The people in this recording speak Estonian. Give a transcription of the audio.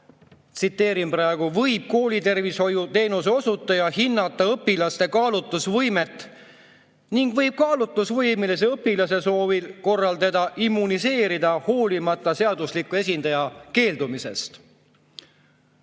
korral võib koolitervishoiuteenuse osutaja hinnata õpilase kaalutlusvõimet ning võib kaalutlusvõimelise õpilase soovi korral teda immuniseerida hoolimata seadusliku esindaja keeldumisest."